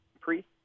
priest